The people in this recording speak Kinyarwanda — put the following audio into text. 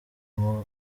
mpu